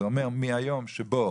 זה אומר מהיום שבו